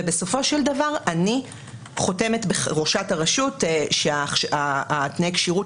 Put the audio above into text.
ובסופו של דבר אני חותמת כראשת הרשות שתנאי הכשירות